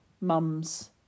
mums